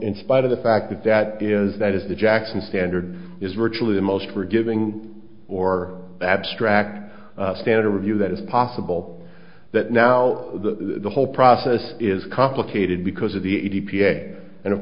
in spite of the fact that that is that is the jackson standard is virtually the most forgiving or abstract standard with you that it's possible that now the whole process is complicated because of the e p a and of